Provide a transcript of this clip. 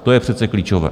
To je přece klíčové.